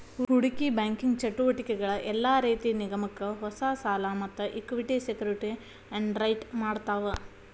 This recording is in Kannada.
ಹೂಡಿಕಿ ಬ್ಯಾಂಕಿಂಗ್ ಚಟುವಟಿಕಿಗಳ ಯೆಲ್ಲಾ ರೇತಿ ನಿಗಮಕ್ಕ ಹೊಸಾ ಸಾಲಾ ಮತ್ತ ಇಕ್ವಿಟಿ ಸೆಕ್ಯುರಿಟಿ ಅಂಡರ್ರೈಟ್ ಮಾಡ್ತಾವ